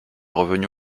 revenue